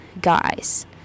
guys